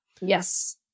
Yes